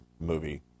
movie